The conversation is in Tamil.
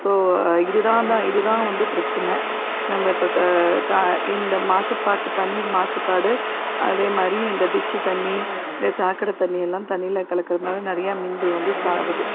ஸோ இது தான் தான் இது தான் வந்து பிரச்சனை நம்ம இப்போ க க இந்த மாசுப்பாட்டு தண்ணீர் மாசுபாடு அதேமாதிரி இந்த டிச்சி தண்ணி சாக்கடை தண்ணி எல்லாம் தண்ணியில் கலக்கிறதுனால நிறைய மீன்கள் வந்து சாகுது